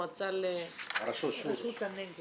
רשות הנגב.